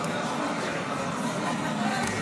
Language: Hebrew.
בבקשה.